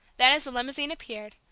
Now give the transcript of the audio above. then, as the limousine appeared,